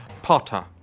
Potter